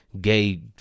gay